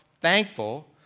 thankful